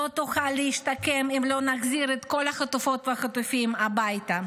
לא תוכל להשתקם אם לא נחזיר את כל החטופות והחטופים הביתה,